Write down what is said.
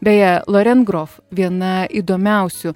beje loren grof viena įdomiausių